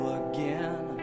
again